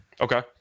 Okay